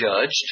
judged